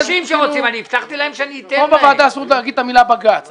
כאן בוועדה אסור לומר את המילה בג"ץ,